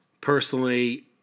personally